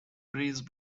breeze